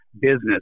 business